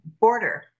border